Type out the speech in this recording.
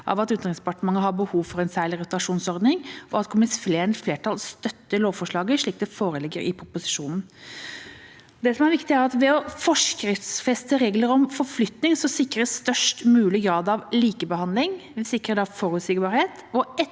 av at Utenriksdepartementet har behov for en særlig rotasjonsordning, og at komiteens flertall støtter lovforslaget slik det foreligger i proposisjonen. Det som er viktig, er at å forskriftsfeste regler om forflytning sikrer størst mulig grad av likebehandling, det sikrer forutsigbarhet